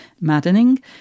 maddening